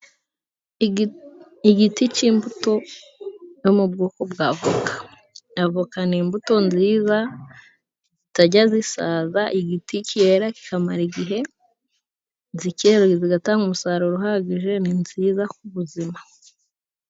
igiti cy'imbuto yo mu bwoko bwa avoka: avokana ni imbuto nziza zitajya zisaza, igiti kera kikamara igihe zidatanga umusaruro uhagije, ni iza ku buzima.